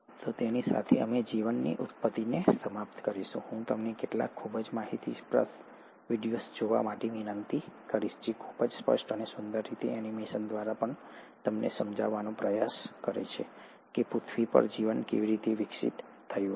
તો તેની સાથે અમે જીવનની ઉત્પત્તિને સમાપ્ત કરીશું હું તમને કેટલાક ખૂબ જ માહિતીપ્રદ વિડિઓઝ જોવા માટે વિનંતી કરીશ જે ખૂબ જ સ્પષ્ટ અને સુંદર રીતે એનિમેશન દ્વારા પણ તમને સમજાવવાનો પ્રયાસ કરે છે કે પૃથ્વી પર જીવન કેવી રીતે વિકસિત થયું હશે